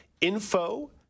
Info